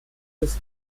des